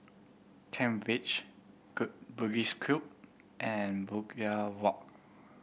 Kent Ridge Bugis Cube and Brookvale Walk